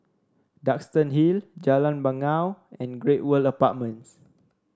Duxton Hill Jalan Bangau and Great World Apartments